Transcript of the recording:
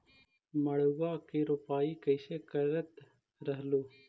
मड़उआ की रोपाई कैसे करत रहलू?